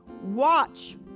Watch